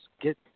get